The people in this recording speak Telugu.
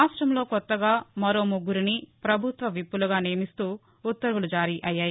రాష్టంలో కొత్తగా మరో ముగ్గురిని పభుత్వ విప్లుగా నియమిస్తూ ఉత్తర్వులు జారీ అయ్యాయి